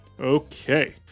Okay